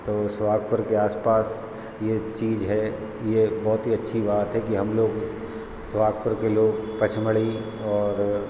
तो सोहागपुर के आस पास ये चीज है ये बहुत ही अच्छी बात है कि हम लोग सोहागपुर के लोग पचमढ़ी और